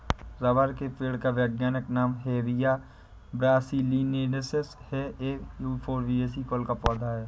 rubber के पेड़ का वैज्ञानिक नाम हेविया ब्रासिलिनेसिस है ये युफोर्बिएसी कुल का पौधा है